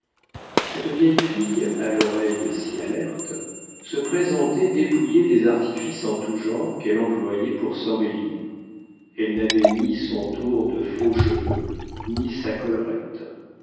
cette vieille fille à l'oreille si alerte se présentait dépouillée des artifices en tout genre qu'elle employait pour s'embellir elle n'avait ni son tour de faux cheveux ni sa collerette